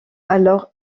alors